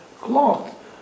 cloth